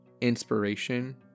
inspiration